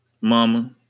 Mama